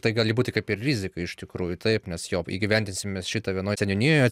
tai gali būti kaip ir rizika iš tikrųjų taip nes jo įgyvendinsim šitą vienoj seniūnijoj